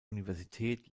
universität